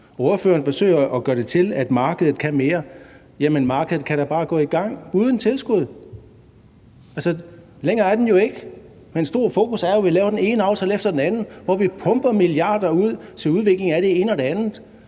forsøger at gøre det til, at markedet kan mere. Jamen markedet kan da bare gå i gang uden tilskud. Længere er den jo ikke. Men et stort fokus er jo, at vi laver den ene aftale efter den anden, hvor vi pumper milliarder ud til udvikling af det ene og det andet,